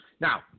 Now